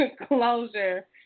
closure